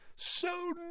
So